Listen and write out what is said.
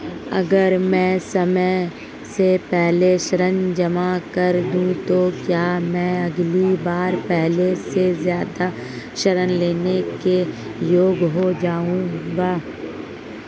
अगर मैं समय से पहले ऋण जमा कर दूं तो क्या मैं अगली बार पहले से ज़्यादा ऋण लेने के योग्य हो जाऊँगा?